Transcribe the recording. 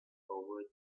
over